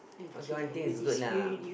okay one thing is good lah